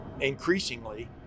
increasingly